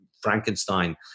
Frankenstein